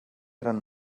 eren